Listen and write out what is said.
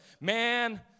Man